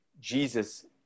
Jesus